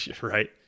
Right